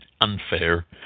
unfair